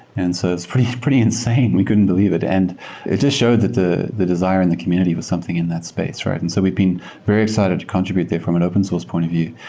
and so it's pretty pretty insane. we couldn't believe it. and it just showed the the desire and the community with something in that space, right? and so we've been very excited to contribute there from an open source point of view.